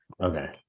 Okay